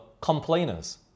complainers